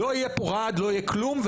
לא יהיה פה רעד, לא יהיה כלום.